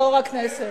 יושב-ראש הכנסת,